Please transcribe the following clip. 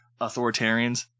authoritarians